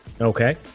Okay